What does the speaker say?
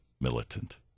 militant